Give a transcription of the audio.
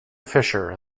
fisher